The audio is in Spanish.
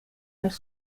las